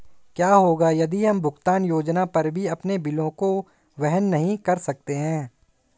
क्या होगा यदि हम भुगतान योजना पर भी अपने बिलों को वहन नहीं कर सकते हैं?